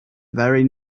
very